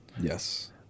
Yes